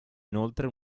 inoltre